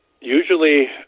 usually